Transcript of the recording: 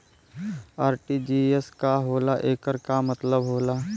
RTGS का होला एकर का मतलब होला?